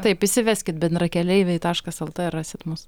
taip įsiveskit bendrakeleiviai taškas lt ir rasit mus